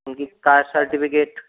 उनकी caste certificate